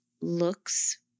looks